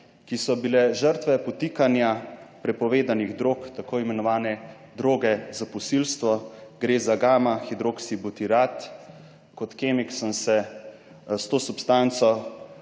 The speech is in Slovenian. ki so bile žrtve podtikanja prepovedanih drog, tako imenovane droge za posilstvo, gre za gama-hidroksibutirat. Kot kemik sem se s to substanco